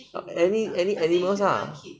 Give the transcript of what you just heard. any any animals lah